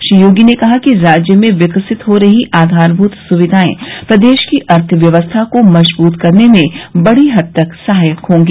श्री योगी कहा कि राज्य में विकसित हो रही आधार भूत सुविधाए प्रदेश की अर्थ व्यवस्था को मजबृत करने में बडी हद तक सहायक होंगी